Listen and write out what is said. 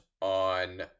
on